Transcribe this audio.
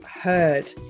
heard